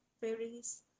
fairies